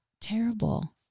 terrible